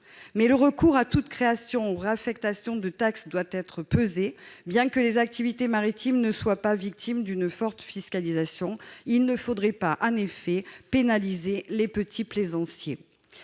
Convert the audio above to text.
le recours à toute création ou réaffectation de taxe doit être pesé. Les activités maritimes ne sont certes pas victimes d'une forte fiscalisation, mais il ne faudrait pas, pour autant, pénaliser les petits plaisanciers.